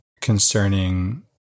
concerning